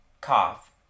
cough